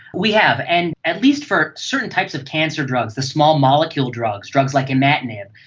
we have, and at least for certain types of cancer drugs, the small molecule drugs, drugs like imatinib,